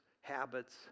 habits